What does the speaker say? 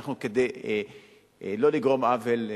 כדי שלא לגרום עוול,